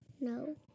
No